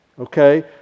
okay